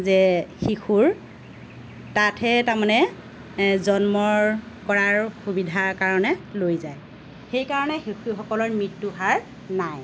যে শিশুৰ তাতহে তাৰমানে জন্ম কৰাৰ সুবিধাৰ কাৰণে লৈ যায় সেই কাৰণে শিশুসকলৰ মৃত্যুৰ হাৰ নাই